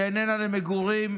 שאיננה למגורים,